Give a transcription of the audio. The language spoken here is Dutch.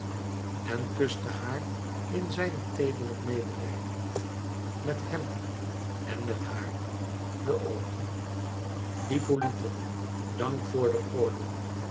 en kuste haar in zijne teederlijk medelijden met hem en met haar de oogen hippolyte dank voor den gordel